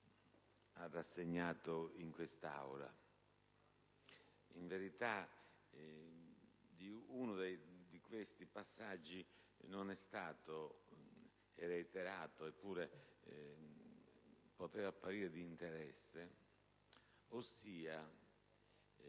ha rassegnato in quest'Aula. In verità, uno di questi passaggi non è stato reiterato, eppure poteva apparire di interesse, ossia